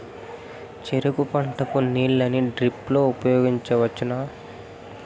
చెరుకు పంట కు నీళ్ళని డ్రిప్ లో ఉపయోగించువచ్చునా?